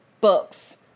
books